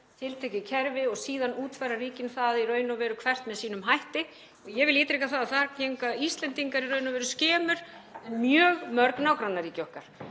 tiltekið kerfi og síðan útfæra ríkin það í raun og veru hvert með sínum hætti. Ég vil ítreka að þar gengu Íslendingar í raun og veru skemur en mjög mörg nágrannaríki okkar.